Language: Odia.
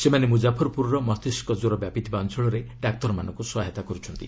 ସେମାନେ ମୁକ୍ତାଫରପୁରର ମସ୍ତିଷ୍କଜ୍ୱର ବ୍ୟାପିଥିବା ଅଞ୍ଚଳରେ ଡାକ୍ତରମାନଙ୍କୁ ସହାୟତା କରୁଛନ୍ତି